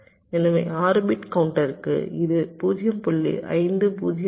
எனவே 6 பிட் கவுண்டருக்கு இது 0